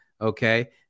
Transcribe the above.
okay